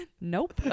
Nope